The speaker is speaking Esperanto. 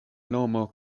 nomo